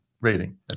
rating